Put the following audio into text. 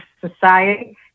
society